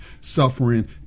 suffering